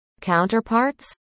counterparts